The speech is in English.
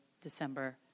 December